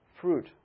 fruit